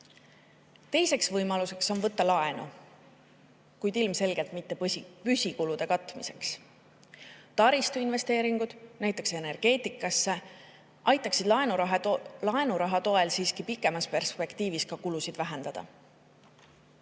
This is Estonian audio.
Teine võimalus on võtta laenu, kuid ilmselgelt mitte püsikulude katmiseks. Taristuinvesteeringud, näiteks energeetikasse, aitaksid laenuraha toel siiski pikemas perspektiivis ka kulusid vähendada.